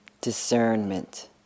Discernment